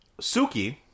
Suki